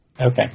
Okay